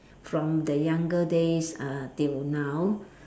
from the younger days uh till now